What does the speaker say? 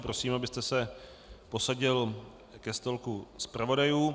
Prosím, abyste se posadil ke stolku zpravodajů.